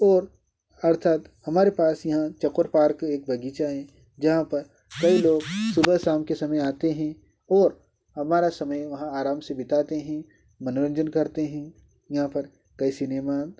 और अर्थात हमारे पास यहाँ चौकोर पार्क एक बगीचा है जहाँ पर कई लोग सुबह शाम के समय आते हैं और हमारा समय वहाँ आराम से बिताते हैं मनोरंजन करते हैं यहाँ पर कई सिनेमा